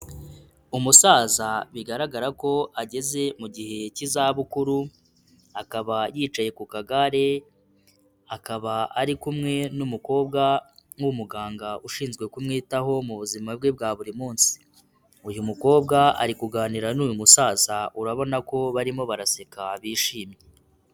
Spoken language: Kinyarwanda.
Umusaza bigaragara ko ageze mu gihe cy'izabukuru, akaba yicaye kuka gare, akaba ari kumwe n'umukobwa w'umuganga ushinzwe kumwitaho mu buzima bwe bwa buri munsi, uyu mukobwa ari kuganira n'uyu musaza, urabona ko barimo baraseka bishimye.